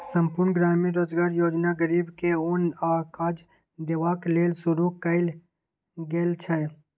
संपुर्ण ग्रामीण रोजगार योजना गरीब के ओन आ काज देबाक लेल शुरू कएल गेल छै